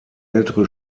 ältere